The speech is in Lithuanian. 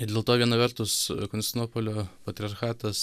ir dėl to viena vertus konstantinopolio patriarchatas